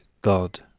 God